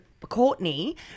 Courtney